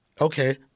okay